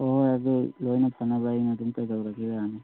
ꯍꯣꯏ ꯍꯣꯏ ꯑꯗꯣ ꯂꯣꯏꯅ ꯐꯅꯕ ꯑꯩꯅ ꯑꯗꯨꯝ ꯀꯩꯗꯧꯔꯒꯦ ꯌꯥꯅꯤ